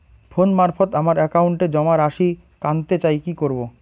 Phone মারফত আমার একাউন্টে জমা রাশি কান্তে চাই কি করবো?